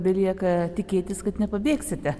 belieka tikėtis kad nepabėgsite